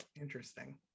interesting